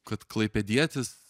kad klaipėdietis